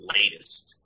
latest